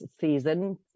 season